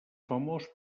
famós